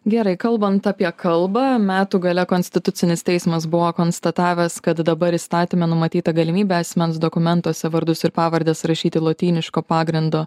gerai kalbant apie kalbą metų gale konstitucinis teismas buvo konstatavęs kad dabar įstatyme numatyta galimybė asmens dokumentuose vardus ir pavardes rašyti lotyniško pagrindo